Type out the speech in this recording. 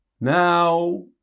Now